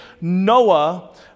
Noah